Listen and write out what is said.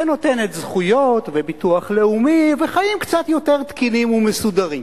שנותנת זכויות וביטוח לאומי וחיים קצת יותר תקינים ומסודרים.